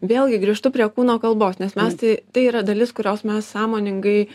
vėl gi grįžtu prie kūno kalbos nes mes tai tai yra dalis kurios mes sąmoningai